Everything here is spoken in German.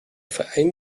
verein